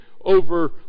over